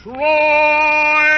Troy